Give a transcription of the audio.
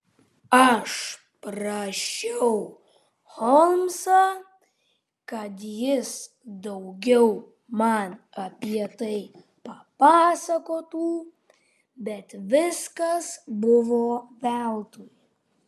aš prašiau holmsą kad jis daugiau man apie tai papasakotų bet viskas buvo veltui